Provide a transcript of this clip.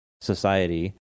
society